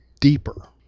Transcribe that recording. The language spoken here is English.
deeper